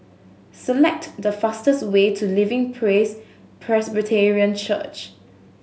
select the fastest way to Living Praise Presbyterian Church